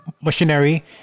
machinery